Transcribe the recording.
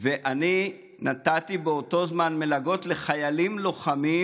ואני נתתי באותו זמן מלגות לחיילים לוחמים